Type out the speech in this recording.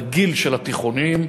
בגיל של התיכוניים,